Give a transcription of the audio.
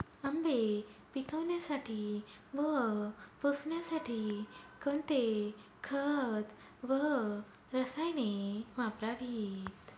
आंबे पिकवण्यासाठी व पोसण्यासाठी कोणते खत व रसायने वापरावीत?